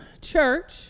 church